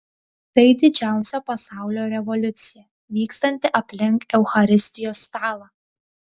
tai didžiausia pasaulio revoliucija vykstanti aplink eucharistijos stalą